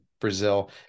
Brazil